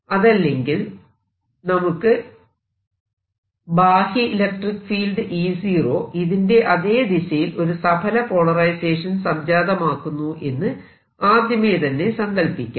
അതല്ലെങ്കിൽ നമുക്ക് ബാഹ്യ ഇലക്ട്രിക്ക് ഫീൽഡ് E0 ഇതിന്റെ അതെ ദിശയിൽ ഒരു സഫല പോളറൈസേഷൻ സംജാതമാക്കുന്നു എന്ന് ആദ്യമേ തന്നെ സങ്കല്പിക്കാം